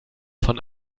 von